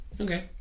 Okay